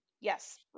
yes